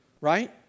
right